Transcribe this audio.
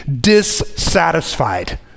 dissatisfied